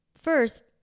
First